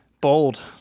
Bold